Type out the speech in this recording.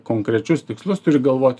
konkrečius tikslus turi galvoti